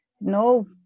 No